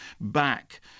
back